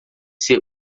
ser